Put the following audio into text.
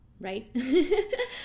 right